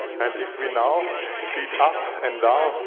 and if we now beat up and